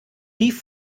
tief